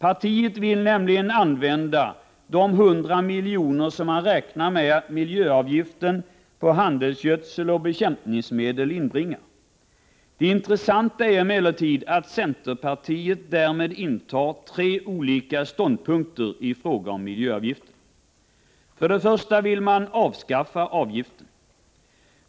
Partiet vill nämligen använda de 100 milj.kr. som man räknar med att miljöavgiften på handelsgödsel och bekämpningsmedel inbringar. Det intressanta är emellertid att centerpartiet därmed intar tre olika ståndpunkter i fråga om miljöavgiften. För det första vill man avskaffa avgiften.